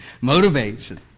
Motivation